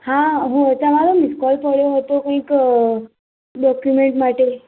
હા હું તમારો મીસકોલ થયો હતો કંઈક ડોક્યુમેન્ટ માટે